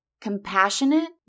compassionate